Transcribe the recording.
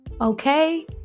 Okay